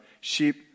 sheep